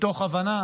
מתוך הבנה